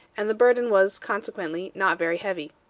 and the burden was, consequently, not very heavy.